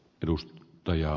edus taja